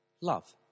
love